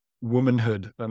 womanhood